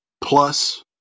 plus